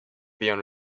beyond